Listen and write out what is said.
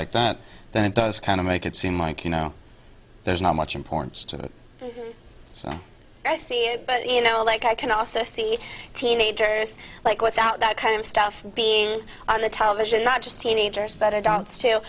like that then it does kind of make it seem like you know there's not much importance to them so i see it but you know like i can also see teenagers like without that kind of stuff being on the television not just teenagers better dots to